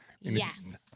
Yes